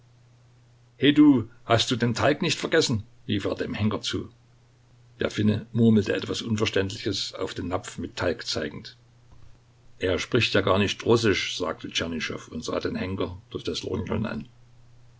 he du hast du den talg nicht vergessen rief er dem henker zu der finne murmelte etwas unverständliches auf den napf mit talg zeigend er spricht ja gar nicht russisch sagte tschernyschow und sah den henker durch das lorgnon an